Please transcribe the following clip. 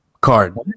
card